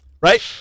right